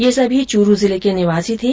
यह सभी चूरू जिले के निवासी थे